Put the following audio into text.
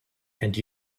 and